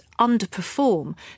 underperform